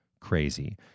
crazy